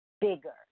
bigger